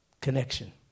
Connection